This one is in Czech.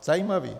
Zajímavé.